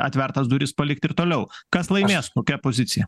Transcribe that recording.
atvertas duris palikt ir toliau kas laimės kokia pozicija